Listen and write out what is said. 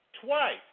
twice